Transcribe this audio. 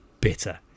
bitter